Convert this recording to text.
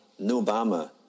Obama